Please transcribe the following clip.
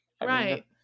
Right